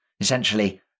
Essentially